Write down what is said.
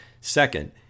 Second